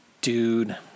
dude